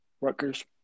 Rutgers